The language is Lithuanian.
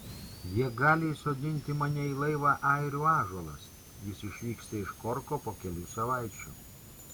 jie gali įsodinti mane į laivą airių ąžuolas jis išvyksta iš korko po kelių savaičių